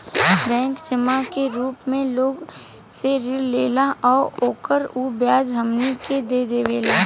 bank जमा के रूप मे लोग से ऋण लेला आ एकर उ ब्याज हमनी के देवेला